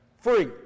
free